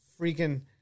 freaking